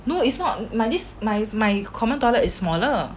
no it's not my this my my common toilet is smaller